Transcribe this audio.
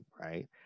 right